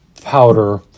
powder